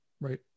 right